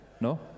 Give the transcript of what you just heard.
No